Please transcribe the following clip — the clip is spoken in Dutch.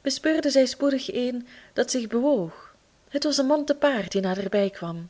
bespeurden zij spoedig een dat zich bewoog het was een man te paard die naderbij kwam